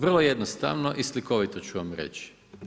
Vrlo jednostavno i slikovito ću vam reći.